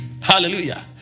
Hallelujah